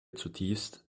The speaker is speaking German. zutiefst